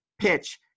PITCH